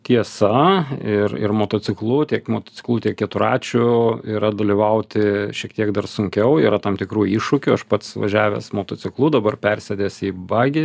tiesa ir ir motociklu tiek motociklu tiek keturračiu yra dalyvauti šiek tiek dar sunkiau yra tam tikrų iššūkių aš pats važiavęs motociklu dabar persėdęs į bagį